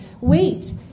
Wait